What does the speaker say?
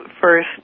first